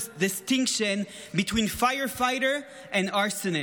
distinction between firefighter and arsonist.